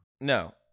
No